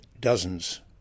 dozens